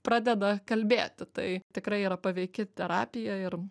pradeda kalbėti tai tikrai yra paveiki terapija ir